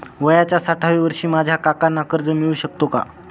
वयाच्या साठाव्या वर्षी माझ्या काकांना कर्ज मिळू शकतो का?